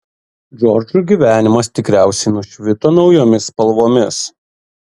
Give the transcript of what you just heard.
džordžui gyvenimas tikriausiai nušvito naujomis spalvomis